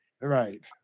Right